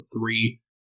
three